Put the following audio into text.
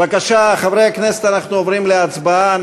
בבקשה, חברי הכנסת, אנחנו עוברים להצבעה.